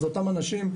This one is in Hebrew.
זה אותם אנשים,